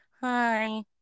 hi